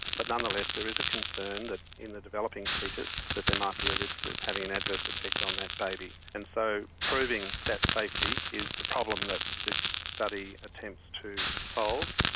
but nonetheless there is a concern that in the developing fetus that there might be a risk of having an adverse effect on that baby. and so proving that safety is the problem that this study attempts to solve.